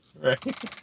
Right